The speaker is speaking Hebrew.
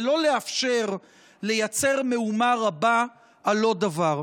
ולא לאפשר לייצר מהומה רבה על לא דבר.